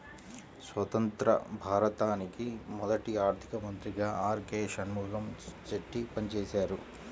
స్వతంత్య్ర భారతానికి మొదటి ఆర్థిక మంత్రిగా ఆర్.కె షణ్ముగం చెట్టి పనిచేసారు